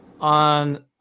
on